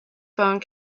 phone